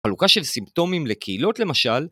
‫חלוקה של סימפטומים לקהילות למשל.